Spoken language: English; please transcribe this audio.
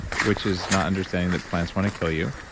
which is not understanding that plants want to kill you.